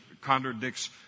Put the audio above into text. contradicts